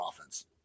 offense